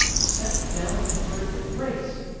sank down in her embrace!